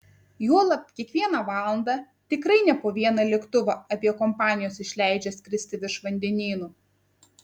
juolab kiekvieną valandą tikrai ne po vieną lėktuvą aviakompanijos išleidžia skirsti virš vandenynų